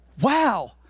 Wow